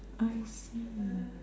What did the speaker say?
I see